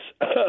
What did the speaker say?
Yes